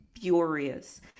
furious